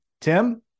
Tim